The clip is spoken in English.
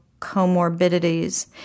comorbidities